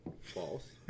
False